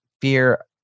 fear